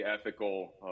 ethical